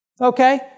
Okay